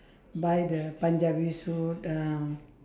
buy the punjabi suit uh